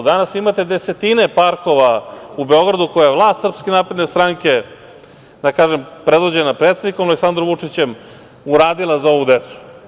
Danas imate desetine parkova u Beogradu koju je vlast SNS, da kažem, predvođena predsednikom Aleksandrom Vučićem, uradila za ovu decu.